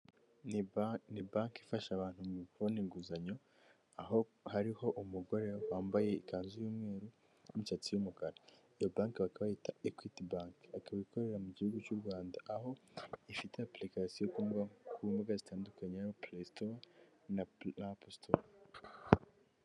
Ni banki ifasha abantu mu kubona inguzanyo, aho hariho umugore wambaye ikanzu y'umweru n'imisatsi y'umukara, iyo banki bakaba bayita ekwiti bank akaba ikorera mu gihugu cy'u Rwanda aho ifite apurikasiyo ku mbuga zitandukanye harimo pureyisitowa na apusitowa.